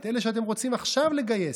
לאלה שאתם רוצים עכשיו לגייס.